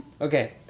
okay